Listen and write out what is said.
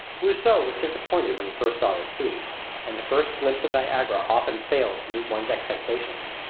rousseau was disappointed when he first saw the sea and the first glimpse of niagara often fails to meet one's expectations.